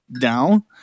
Down